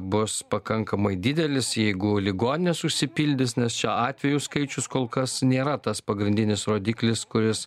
bus pakankamai didelis jeigu ligoninės užsipildys nes čia atvejų skaičius kol kas nėra tas pagrindinis rodiklis kuris